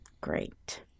great